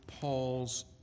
Paul's